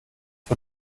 für